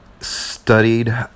studied